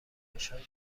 روشهایی